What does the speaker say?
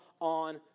on